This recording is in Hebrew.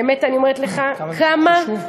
באמת אני אומרת לך, כמה